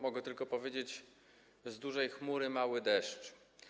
Mogę tylko powiedzieć: z dużej chmury mały deszcz.